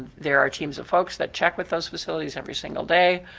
there are teams of folks that check with those facilities every single day,